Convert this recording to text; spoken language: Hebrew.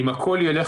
אם הכול ילך